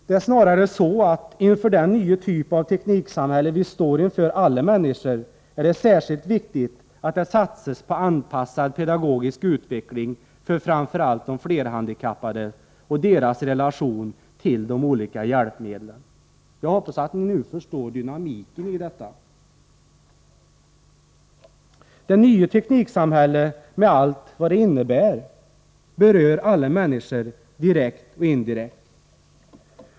Det är snarare så att det inför den nya typ av tekniksamhälle alla människor står inför är särskilt viktigt att det satsas på anpassad pedagogisk utveckling för framför allt de flerhandikappade och deras relation till olika hjälpmedel. Jag hoppas att ni nu förstår dynamiken i detta. Det nya tekniksamhället med allt vad det innebär berör alla människor direkt och indirekt.